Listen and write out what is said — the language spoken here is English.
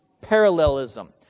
parallelism